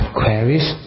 queries